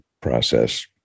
process